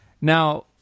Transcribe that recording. now